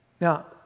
now